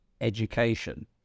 education